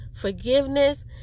forgiveness